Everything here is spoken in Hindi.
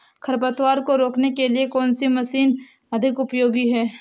खरपतवार को रोकने के लिए कौन सी मशीन अधिक उपयोगी है?